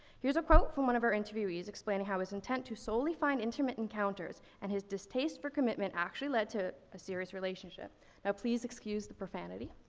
here's a quote from one of our interviewees explaining how his intent to solely find intimate encounters, and his distaste for commitment, actually led to a serious relationship. now please excuse the profanity.